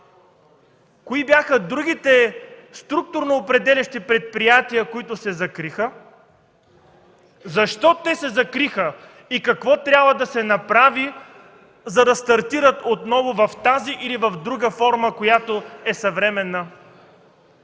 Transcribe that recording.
кои бяха другите структурноопределящи предприятия, които се закриха, защо те се закриха и какво трябва да се направи, за да стартират отново в тази или в друга форма, която е съвременна?